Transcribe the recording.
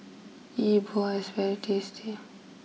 E Bua is very tasty